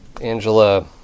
Angela